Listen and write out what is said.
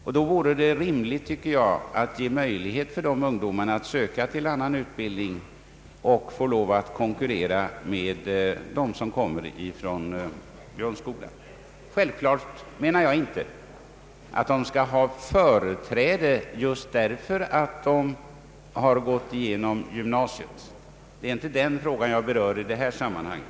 Det vore rimligt, tycker jag, att ge möjlighet för dessa ungdomar att söka till annan utbildning i konkurrens med dem som kommer från grundskolan. Självfallet menar jag inte att dessa elever skall ha företräde just därför att de har gått igenom gymnasiet. Det är inte den frågan jag berör i detta sammanhang.